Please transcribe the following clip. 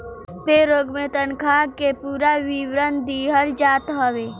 पे role में तनखा के पूरा विवरण दिहल जात हवे